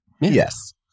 Yes